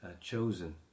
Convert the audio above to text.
chosen